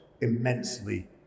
immensely